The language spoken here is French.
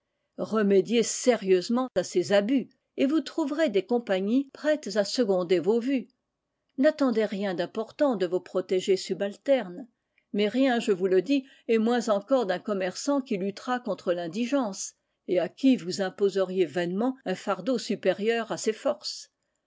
remédiez sérieusement à ces abus et vous trouverez des compagnies prêtes à seconder vos vues n'attendez rien d'important de vos protégés subalternes mais rien je vous le dis et moins encore d'un commerçant qui luttera contre l'indigence et à qui vous imposeriez vainement un fardeau supérieur à ses forces